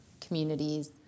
communities